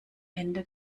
ende